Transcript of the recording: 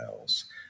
else